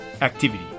activity